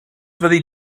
fyddi